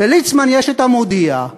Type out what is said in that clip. לליצמן יש את "המודיע",